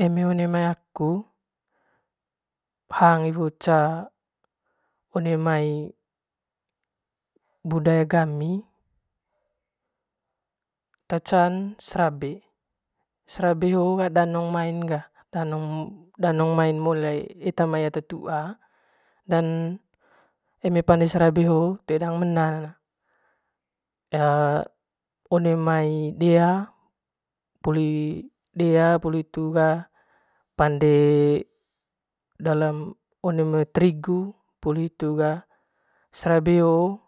Eme one mai aku hang iwo ca one mai budaya gami te can srabe srabe ho ga danong main ga danong main eta mai ata tuua dan eme pande srabe hoo toe ma dangga menan one mai dea poli hitu ga pande dalam one mai trigu poli hitu ga srabe hoo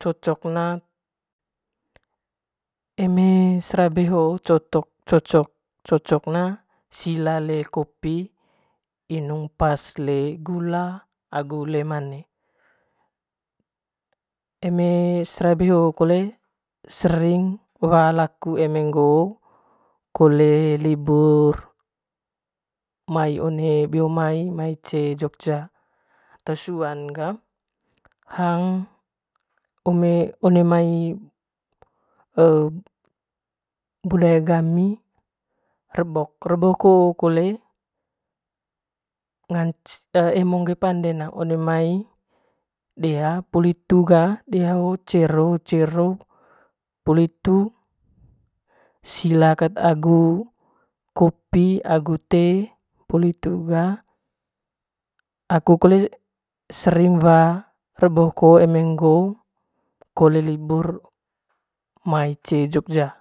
cocok na eme srabe hoo cocok ne sila ale kopi inung pas le gula agu le mane eme srabee hoo kole sering ba laku eme ngoo kole libur mai one mai beo mai mai cee jogja te suan ga one mai budaya gami rebok, rebok hoo kole ngance emong koe panden a one mai dea poli hitu ga dea dea hoo cero cero poli hitu sila kat agu kopi agu teh poli hitu ga aku kole sering ba rebok hoo kole libur mai cee jogja.